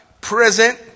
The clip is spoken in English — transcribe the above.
present